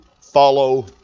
follow